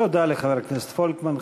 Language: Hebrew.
תודה לחבר הכנסת פולקמן.